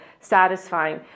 satisfying